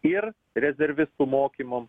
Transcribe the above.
ir rezervistų mokymam